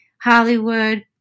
Hollywood